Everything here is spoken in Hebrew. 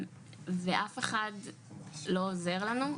ואף אחד לא עוזר לנו,